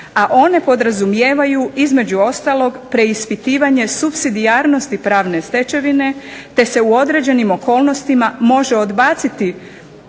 a one podrazumijevaju između ostalog preispitivanje supsidijarnosti pravne stečevine, te se u određenim okolnostima može odbaciti